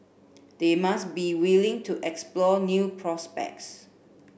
they must be willing to explore new prospects